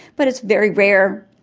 but it's very rare.